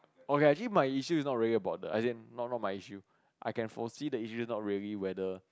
okay lah actually my issue is not really about the as in not not my issue I can foresee the issue is not really whether